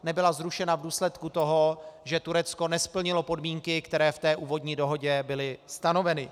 Nebyla zrušena v důsledku toho, že Turecko nesplnilo podmínky, které v té úvodní dohodě byly stanoveny.